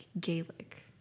Gaelic